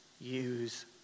use